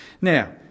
Now